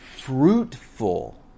fruitful